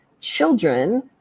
children